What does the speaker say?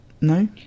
No